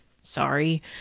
Sorry